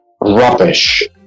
rubbish